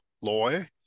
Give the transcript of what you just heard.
Loy